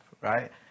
right